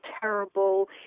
terrible